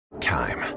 Time